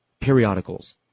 periodicals